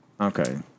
Okay